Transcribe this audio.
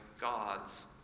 God's